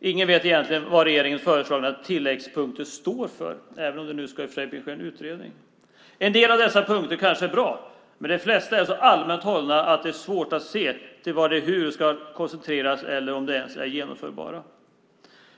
Ingen vet egentligen vad regeringens föreslagna tilläggspunkter står för, även om det nu i och för sig ska ske en utredning. En del av dessa punkter kanske är bra, men de flesta är så allmänt hållna att det är svårt att se till vad och hur de ska konkretiseras eller om de ens är genomförbara.